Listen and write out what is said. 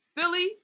Philly